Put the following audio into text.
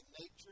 nature